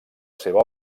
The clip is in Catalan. seva